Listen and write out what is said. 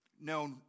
no